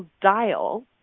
dial